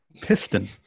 Piston